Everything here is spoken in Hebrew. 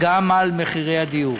כך שהיא תכלול גם עובד בכיר,